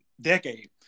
decade